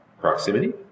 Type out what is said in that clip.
Proximity